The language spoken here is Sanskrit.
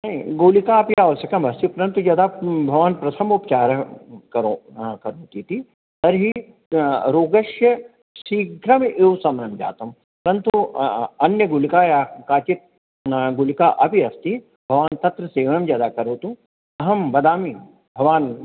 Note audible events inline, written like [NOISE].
नै गुलिका अपि आवस्यकमस्ति परन्तु यदा भवान् प्रथमोपचारः करो करोति इति तर्हि रोगस्य शीघ्रं [UNINTELLIGIBLE] जातं परन्तु अन्य गुलिकायाः काचित् गुलिका अपि अस्ति भवान् तत्र सेवनं यदा करोतु अहं वदामि भवान्